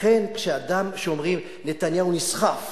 לכן, כשאומרים: נתניהו נסחף